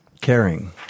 Caring